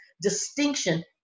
distinction